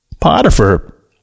Potiphar